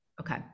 okay